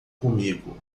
comigo